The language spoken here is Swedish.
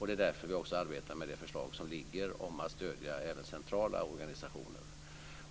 Det är därför som vi också arbetar med det förslag som ligger om att stödja även centrala organisationer.